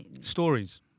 Stories